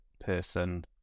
person